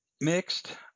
Mixed